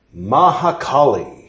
Mahakali